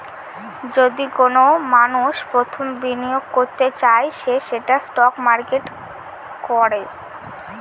যদি কোনো মানষ প্রথম বিনিয়োগ করতে চায় সে সেটা স্টক মার্কেটে করে